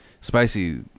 spicy